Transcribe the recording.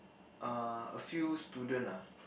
uh a few student ah